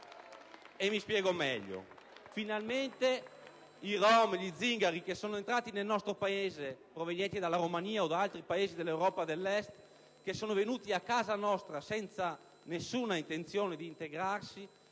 Mi spiego meglio. I rom e gli zingari che sono entrati nel nostro Paese, provenienti dalla Romania o da altri Paesi dell'Europa dell'Est, che sono venuti a casa nostra senza nessuna intenzione di integrarsi